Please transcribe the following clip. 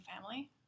family